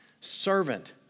servant